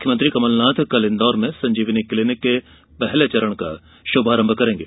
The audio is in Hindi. मुख्यमंत्री कमलाथ कल इंदौर में संजीवनी क्लीनिक के पहले चरण का श्भारंभ करेंगे